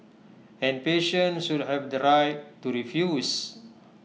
and patients should have the right to refuse